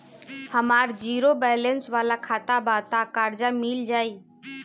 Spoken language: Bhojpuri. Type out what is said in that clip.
हमार ज़ीरो बैलेंस वाला खाता बा त कर्जा मिल जायी?